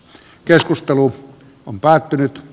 keskustelu on päättynyt